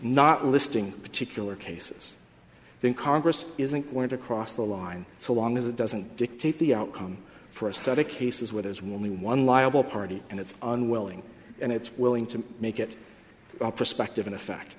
not listing particular cases then congress isn't going to cross the line so long as it doesn't dictate the outcome for a set of cases where there is will be one liable party and it's unwilling and it's willing to make it all perspective in effect